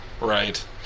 Right